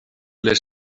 les